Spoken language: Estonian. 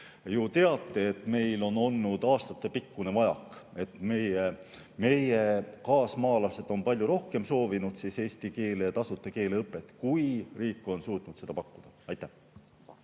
teate, meil on olnud aastatepikkune vajak. Meie kaasmaalased on palju rohkem soovinud tasuta eesti keele õpet, kui riik on suutnud seda pakkuda. Aitäh!